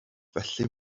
felly